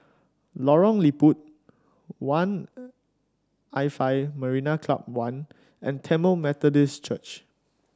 Lorong Liput One l Five Marina Club One and Tamil Methodist Church